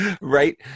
right